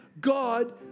God